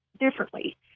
differently